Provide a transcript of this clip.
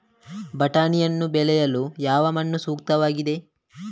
ಬಟಾಣಿಯನ್ನು ಬೆಳೆಯಲು ಯಾವ ಮಣ್ಣು ಸೂಕ್ತವಾಗಿದೆ?